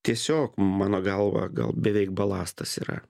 tiesiog mano galva gal beveik balastas yra